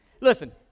Listen